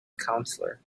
counselor